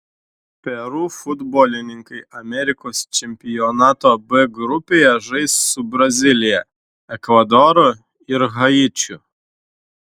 peru futbolininkai amerikos čempionato b grupėje žais su brazilija ekvadoru ir haičiu